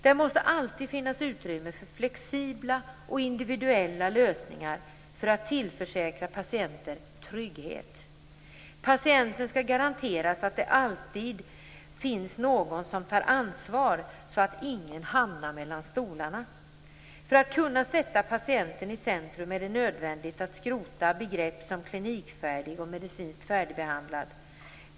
Där måste alltid finnas utrymme för flexibla och individuella lösningar för att tillförsäkra patienten trygghet. Patienten skall garanteras att det alltid finns någon som tar ansvar så att ingen hamnar mellan stolarna. För att kunna sätta patienten i centrum är det nödvändigt att skrota begrepp som klinikfärdig och medicinskt färdigbehandlad.